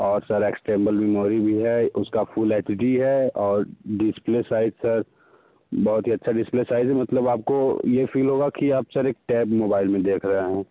और sir external memory भी है उसका फ़ुल एच डी है और डिस्प्ले साइज़ सर बहुत ही अच्छा डिस्प्ले साइज़ है मतलब आपको ये फ़ील होगा कि आप सर एक टैब मोबाइल में देख रहे हैं